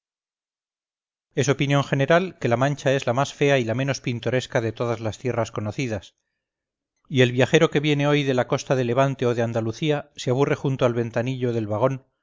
es opinión general que la mancha es la más fea y la menos pintoresca de todas lastierras conocidas y el viajero que viene hoy de la costa de levante o de andalucía se aburre junto al ventanillo del wagon